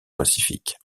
pacifiques